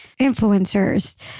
influencers